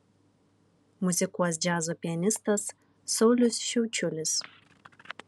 muzikuos džiazo pianistas saulius šiaučiulis